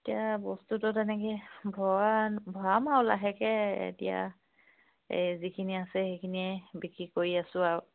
এতিয়া বস্তুটো তেনেকৈ ভৰা ভৰাম আৰু লাহেকৈ এতিয়া এই যিখিনি আছে সেইখিনিয়ে বিক্ৰী কৰি আছোঁ আৰু